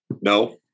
No